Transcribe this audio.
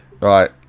Right